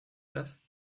das